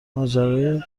ماجرای